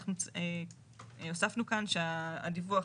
אנחנו הוספנו כאן שהדיווח